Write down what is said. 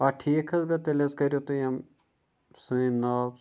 آ ٹھیٖک حظ گوٚو تیٚلہِ حظ کٔرِو تُہۍ یِم سٲنۍ ناو